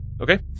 Okay